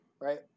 right